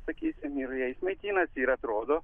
sakysim ir jais maitinasi ir atrodo